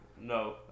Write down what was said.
No